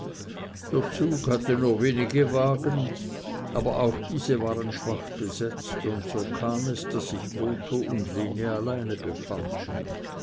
der zug hatte nur wenige wagen aber auch diese waren schwach besetzt und so kam es daß sich botho und lene allein befanden